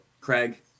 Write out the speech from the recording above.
Craig